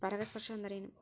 ಪರಾಗಸ್ಪರ್ಶ ಅಂದರೇನು?